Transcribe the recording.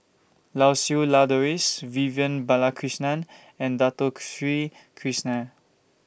Lau Siew Lang Doris Vivian Balakrishnan and Dato Sri Krishna